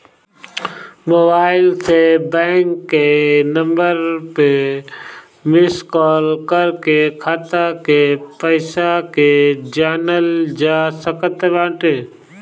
mobile से bank के number पअ मिस काल कर के खाता के पईसा के जानल जा सकत बाटे